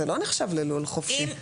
זה לא נחשב ללול חופשי.